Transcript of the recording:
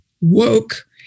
woke